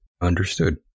Understood